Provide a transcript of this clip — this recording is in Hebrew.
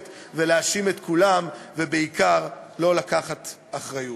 ולהאשים את כולם ובעיקר לא לקחת אחריות.